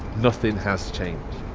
nothing has changed.